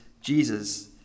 Jesus